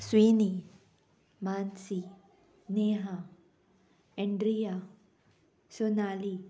Swinney Mansi Neha Andrea Sonali